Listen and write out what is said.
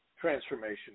transformation